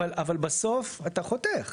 אבל בסוף, אתה חותך.